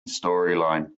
storyline